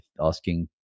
asking